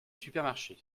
supermarché